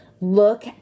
look